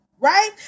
Right